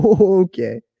Okay